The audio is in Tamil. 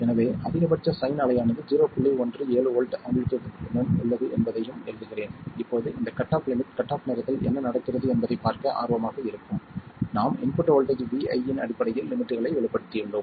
எனவே அதிகபட்ச சைன் அலையானது ஜீரோ புள்ளி ஒன்று ஏழு வோல்ட் ஆம்ப்ளிடியூட் உடன் உள்ளது என்பதையும் எழுதுகிறேன் இப்போது இந்த cut off limit cut off நேரத்தில் என்ன நடக்கிறது என்பதைப் பார்க்க ஆர்வமாக இருக்கும் நாம் இன்புட் வோல்ட்டேஜ் vi இன் அடிப்படையில் லிமிட்களை வெளிப்படுத்தியுள்ளோம்